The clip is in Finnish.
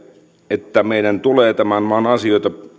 että meidän tulee tämän maan asioita